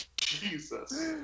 Jesus